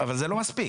אבל זה לא מספיק.